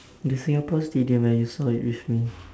the singapore stadium where you saw it with me